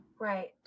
right